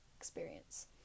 experience